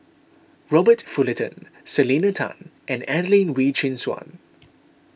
Robert Fullerton Selena Tan and Adelene Wee Chin Suan